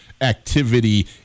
activity